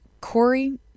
Corey